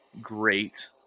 great